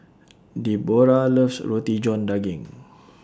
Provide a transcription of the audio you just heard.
Debora loves Roti John Daging